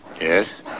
Yes